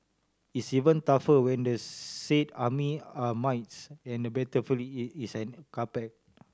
it's even tougher when the said army are mites and the battlefield the carpet